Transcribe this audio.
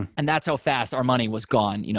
and that's how fast our money was gone you know